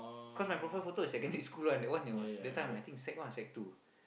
cause my profile photo is secondary school one that one it was that time I think sec-one or sec-two